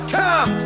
time